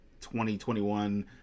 2021